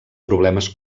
problemes